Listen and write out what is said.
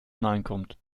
hineinkommt